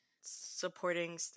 Supporting